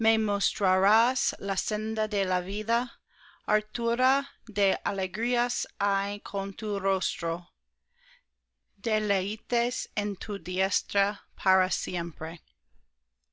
la senda de la vida hartura de alegrías hay con tu rostro deleites en tu diestra para siempre